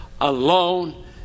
alone